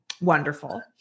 wonderful